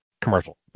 commercial